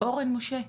אורן משה.